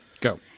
Go